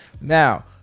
now